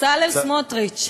בצלאל סמוטריץ,